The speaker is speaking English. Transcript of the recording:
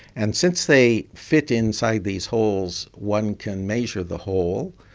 and since they fit inside these holes, one can measure the hole,